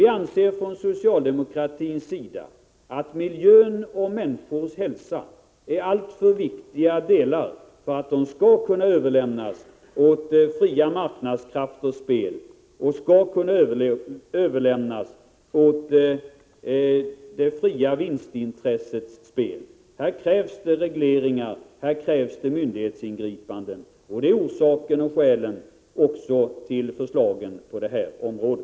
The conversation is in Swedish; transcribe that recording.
Vi anser från socialdemokratins sida att miljön och människors hälsa är alltför viktiga för att de skall överlämnas åt fria marknadskrafters spel och åt det fria vinstintressets spel. Här krävs regleringar och myndighetsingripanden. Det är också orsaken till förslagen på detta område.